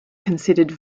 considered